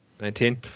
Nineteen